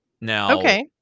Now